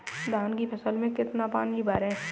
धान की फसल में कितना पानी भरें?